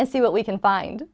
and see what we can find